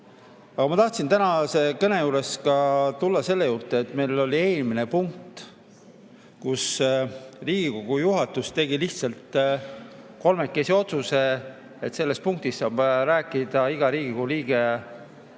Aga ma tahtsin tänases kõnes tulla ka selle juurde, et meil oli eelmine punkt, kus Riigikogu juhatus tegi lihtsalt kolmekesi otsuse, et selles punktis saab iga Riigikogu liige küsida